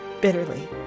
bitterly